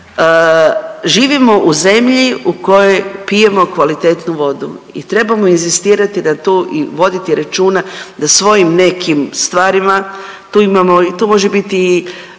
živimo u zemlji u kojoj pijemo kvalitetnu vodu i trebamo inzistirati da to i voditi računa da svojim nekim stvarima, tu imamo, to može biti i